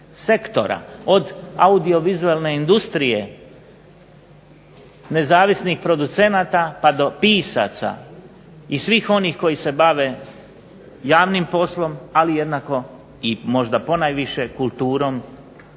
od audiovizualne industrije, nezavisnih producenata pa do pisaca i svih onih koji se bave javnim poslom, ali jednako i možda ponajviše kulturom